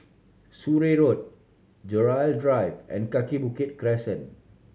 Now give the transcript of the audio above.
Surrey Road Gerald Drive and Kaki Bukit Crescent